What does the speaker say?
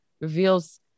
reveals